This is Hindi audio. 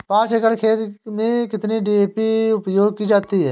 पाँच एकड़ खेत में कितनी डी.ए.पी उपयोग की जाती है?